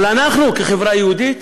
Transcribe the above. אבל אנחנו, כחברה יהודית,